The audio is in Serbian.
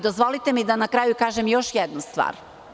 Dozvolite mi da na kraju kažem još jednu stvar.